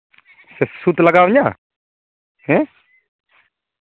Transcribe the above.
ᱥᱩᱫᱷ ᱞᱟᱜᱟᱣᱤᱧᱟᱹ ᱦᱮᱸ